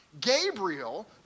Gabriel